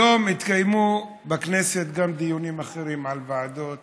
היום התקיימו בכנסת גם דיונים אחרים בוועדות,